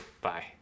Bye